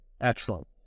Excellent